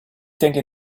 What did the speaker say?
denke